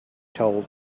told